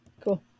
Cool